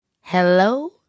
Hello